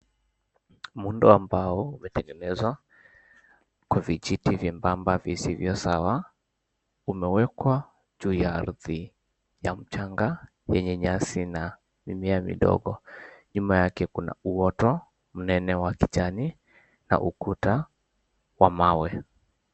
Muundo wa mbao umetengenezwa kwa vijiti vyebamba visivyo sawa , umewekwa juu ya ardhi ya mchanga yenye nyasi na mimea midogo nyuma yake, kuna uoto mnene wa kijani na ukuta wa mawe .